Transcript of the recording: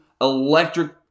electric